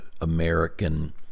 American